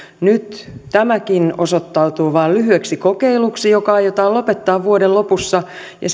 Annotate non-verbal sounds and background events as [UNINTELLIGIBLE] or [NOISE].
nyt tämäkin osoittautuu vain lyhyeksi kokeiluksi joka aiotaan lopettaa vuoden lopussa ja [UNINTELLIGIBLE]